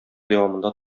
дәвамында